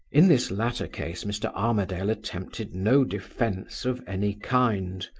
in this latter case, mr. armadale attempted no defense of any kind.